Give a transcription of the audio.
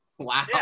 Wow